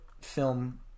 film